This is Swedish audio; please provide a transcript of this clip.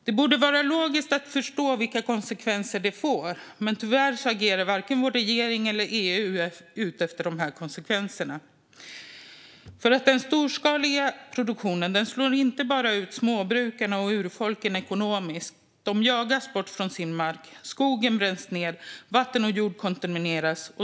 Det borde vara lätt att förstå vilka logiska konsekvenser det här får, men tyvärr agerar varken vår regering eller EU utefter de konsekvenserna. Den storskaliga produktionen leder inte bara till att småbrukarna och urfolken slås ut ekonomiskt. De jagas bort från sin mark, skogen bränns ned och vatten och jord kontamineras.